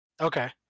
Okay